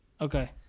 Okay